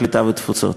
קליטה והתפוצות.